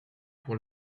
pour